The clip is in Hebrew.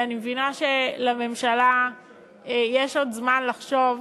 אני מבינה שלממשלה יש עוד זמן לחשוב,